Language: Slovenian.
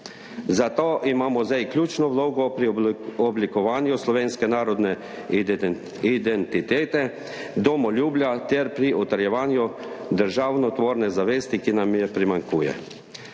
Zato imamo zdaj ključno vlogo pri oblikovanju slovenske narodne identitete, domoljubja ter pri utrjevanju državotvorne zavesti, ki nam je primanjkuje.